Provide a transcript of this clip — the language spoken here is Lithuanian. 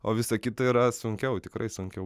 o visa kita yra sunkiau tikrai sunkiau